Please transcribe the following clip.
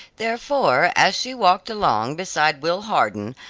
therefore as she walked along beside will hardon,